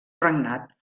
regnat